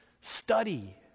Study